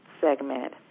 segment